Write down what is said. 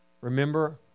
Remember